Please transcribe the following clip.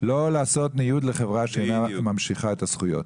לא לעשות ניוד לחברה שאיננה ממשיכה את הזכויות.